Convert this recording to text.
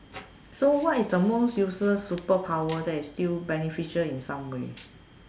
so what is the most useless superpower that is still beneficial in some way